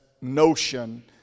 notion